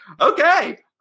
Okay